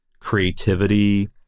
creativity